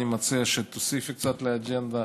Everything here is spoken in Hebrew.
אני מציע שתוסיפי קצת לאג'נדה,